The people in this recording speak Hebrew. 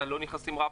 אתה לא נכנס עם רב-קו,